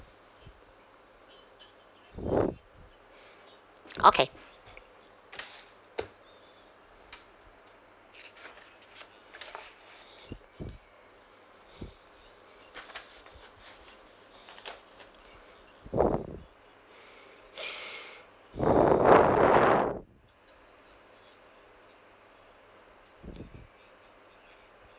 okay